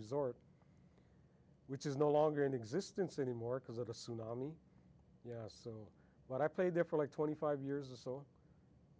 resort which is no longer in existence anymore because of the tsunami yeah so what i played there for like twenty five years or so